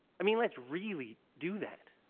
i mean, let's really do that.